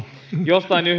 jostain